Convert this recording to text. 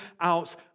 out